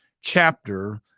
chapter